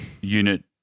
Unit